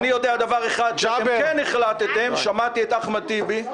<< דובר_המשך >> אופיר סופר (הבית היהודי,